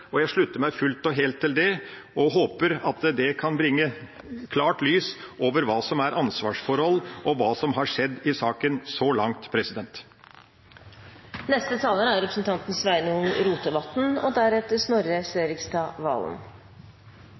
Jeg slutter meg fullt og helt til det, og håper at det kan kaste et klart lys over hva som er ansvarsforhold, og hva som har skjedd i saken så langt. Det er mange monarkistar i denne salen og